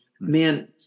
man